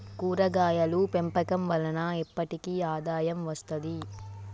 కూరగాయలు పెంపకం వలన ఎప్పటికి ఆదాయం వస్తది